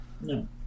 no